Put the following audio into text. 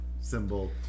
Symbol